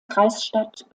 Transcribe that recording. kreisstadt